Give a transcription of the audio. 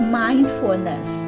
mindfulness